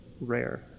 rare